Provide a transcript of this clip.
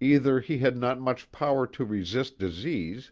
either he had not much power to resist disease